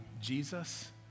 Jesus